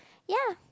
ya